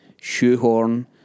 shoehorn